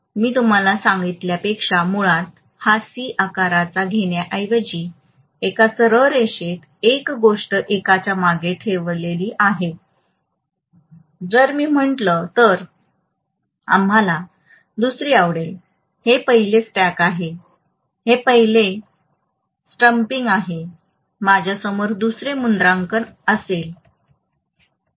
मी तुम्हाला सांगितल्यापेक्षा मुळात हा सी आकार घेण्याऐवजी एका सरळ रेषेत एक गोष्ट एकाच्या मागे ठेवलेली आहे जर मी म्हटलं तर आम्हाला दुसरी आवडेल हे पहिले स्टॅक आहे हे पहिले स्टॅम्पिंग आहे माझ्या समोर दुसरे मुद्रांकन असेल